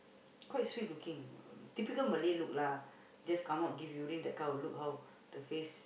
quite sweet looking typical Malay look lah just come out give that kind of look how the face